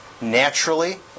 Naturally